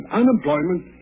unemployment